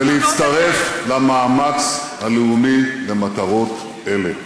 ולהצטרף למאמץ הלאומי למטרות אלה.